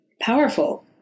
powerful